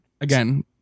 Again